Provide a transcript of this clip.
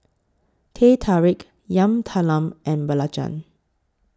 Teh Tarik Yam Talam and Belacan